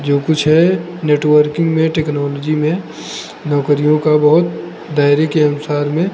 जो कुछ है नेटवर्किंग में टेक्नोलॉजी में नौकरियों का बहुत दायरे के अनुसार में